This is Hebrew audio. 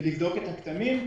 ולבדוק את הכתמים.